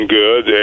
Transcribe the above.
good